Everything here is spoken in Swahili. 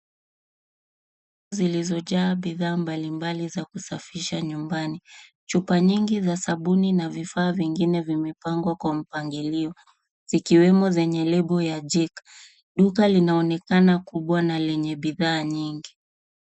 Zilizojaa bidhaa mbalimbali za kusafisha nyumbani. Chupa nyingi za sabuni na vifaa vingine vimepangwa kwa mpangilio zikiwemo zenye lebo ya Jik . Duka linaonekana kubwa na lenye bidhaa nyingi.